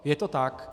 Je to tak.